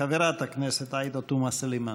חברת הכנסת עאידה תומא סלימאן.